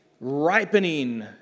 ripening